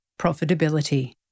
profitability